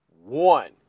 One